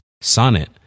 Sonnet